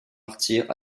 martyrs